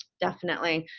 definitely.